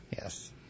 Yes